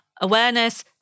awareness